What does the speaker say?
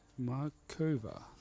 Markova